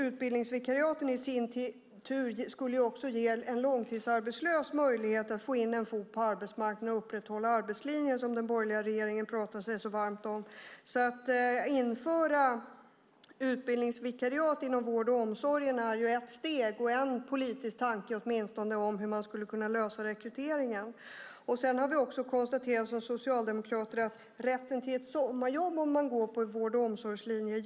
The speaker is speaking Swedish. Utbildningsvikariaten skulle också ge en långtidsarbetslös möjlighet att få in en fot på arbetsmarknaden och upprätthålla arbetslinjen, som den borgerliga regeringen pratar så varmt om. Att införa utbildningsvikariat inom vård och omsorg är ett steg och en politisk tanke när det gäller hur man skulle kunna lösa rekryteringen. Vi socialdemokrater har också konstaterat att rätten till ett sommarjobb är jätteviktig om man går på vård och omsorgslinjen.